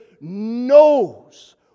knows